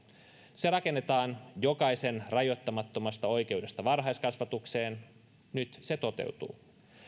se rakennetaan jokaisen rajoittamattomasta oikeudesta varhaiskasvatukseen nyt se toteutuu